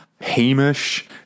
Hamish